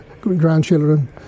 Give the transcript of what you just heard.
grandchildren